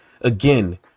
Again